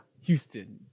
houston